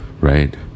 right